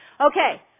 Okay